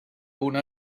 una